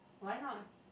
why not